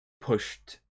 pushed